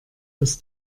das